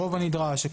הרוב הנדרש,